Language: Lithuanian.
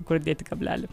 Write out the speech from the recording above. kur dėti kablelį